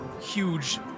huge